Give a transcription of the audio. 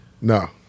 No